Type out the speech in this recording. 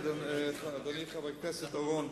אדוני חבר הכנסת אורון,